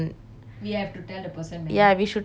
ya we should order like no spice